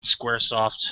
Squaresoft